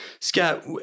Scott